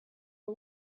are